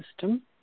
system